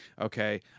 okay